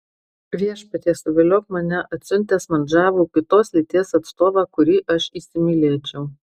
viešpatie suviliok mane atsiuntęs man žavų kitos lyties atstovą kurį aš įsimylėčiau